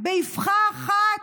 באבחה אחת,